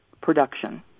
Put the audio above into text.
production